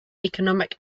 economic